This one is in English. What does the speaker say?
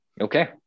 Okay